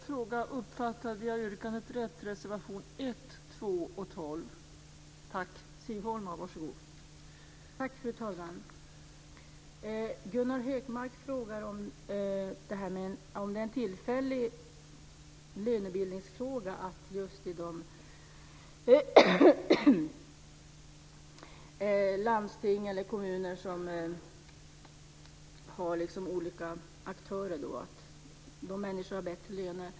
Fru talman! Gunnar Hökmark frågar om det är en tillfällig lönebildningsfråga att människor har bättre löner i just de landsting och kommuner som har olika aktörer.